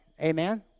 Amen